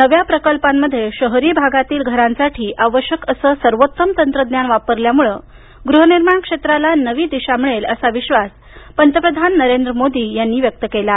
नव्या प्रकल्पांमध्ये शहरी भागातील घरांसाठी आवश्यक असं सर्वोत्तम तंत्रज्ञान वापरल्यामुळे गृहनिर्माण क्षेत्राला नवी दिशा मिळेल असा विश्वास पंतप्रधान नरेंद्र मोदी यांनी व्यक्त केला आहे